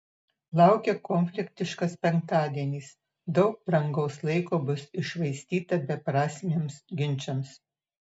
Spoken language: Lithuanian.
laukia konfliktiškas penktadienis daug brangaus laiko bus iššvaistyta beprasmiams ginčams